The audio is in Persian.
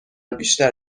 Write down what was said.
بیشتر